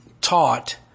taught